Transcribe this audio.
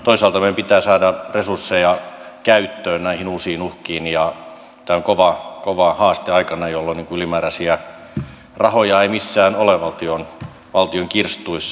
toisaalta meidän pitää saada resursseja käyttöön näihin uusiin uhkiin ja tämä on kova haaste aikana jolloin ylimääräisiä rahoja ei missään ole valtion kirstuissa